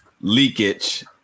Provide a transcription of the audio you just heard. leakage